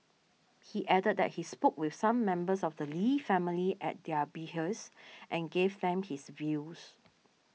he added that he spoke with some members of the Lee family at their behest and gave them his views